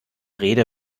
rede